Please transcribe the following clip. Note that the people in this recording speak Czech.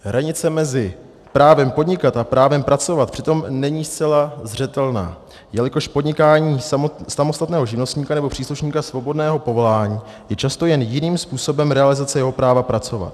Hranice mezi právem podnikat a právem pracovat přitom není zcela zřetelná, jelikož podnikání samostatného živnostníka nebo příslušníka svobodného povolání je často jen jiným způsobem realizace jeho práva pracovat.